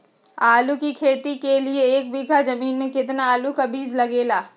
आलू की खेती के लिए एक बीघा जमीन में कितना आलू का बीज लगेगा?